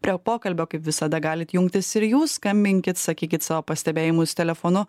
prie pokalbio kaip visada galit jungtis ir jūs skambinkit sakykit savo pastebėjimus telefonu